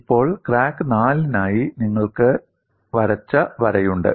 ഇപ്പോൾ ക്രാക്ക് 4 നായി നിങ്ങൾക്ക് വരച്ച വരയുണ്ട്